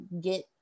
get